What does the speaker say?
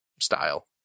style